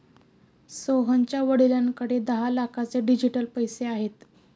सोहनच्या वडिलांकडे दहा लाखांचे डिजिटल पैसे आहेत